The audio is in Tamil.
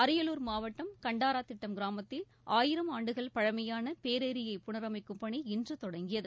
அரியலூர் மாவட்டம் கண்டாரா திட்டம் கிராமத்தில் ஆயிரம் ஆண்டுகள் பழமையான பேரேரியை புனரமைக்கும் பணி இன்று தொடங்கியது